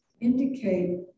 indicate